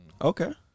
Okay